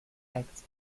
acts